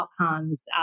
outcomes